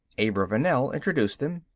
abravanel introduced them.